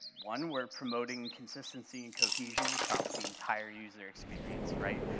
one, we're promoting consistency and cohesion across the entire user experience, right,